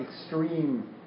extreme